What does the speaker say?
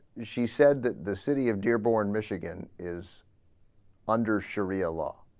she said that the city of dearborn michigan is under sharia law